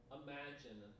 imagine